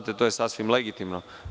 To je sasvim legitimno.